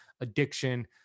addiction